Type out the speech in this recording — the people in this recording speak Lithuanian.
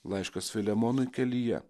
laiškas filemonui kelyje